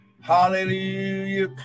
Hallelujah